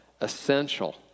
essential